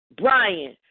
Brian